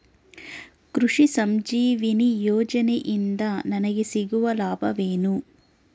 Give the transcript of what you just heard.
ಕೃಷಿ ಸಂಜೀವಿನಿ ಯೋಜನೆಯಿಂದ ನನಗೆ ಸಿಗುವ ಲಾಭವೇನು?